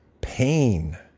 pain